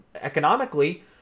economically